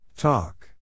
Talk